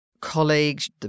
colleagues